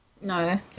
No